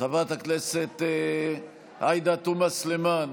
חברת הכנסת עאידה תומא סלימאן,